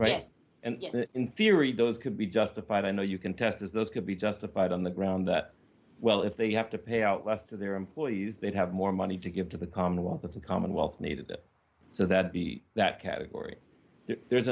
right and in theory those could be justified i know you can test as those could be justified on the ground that well if they have to pay out less to their employees they'd have more money to give to the commonwealth but the commonwealth needed it so that the that category there's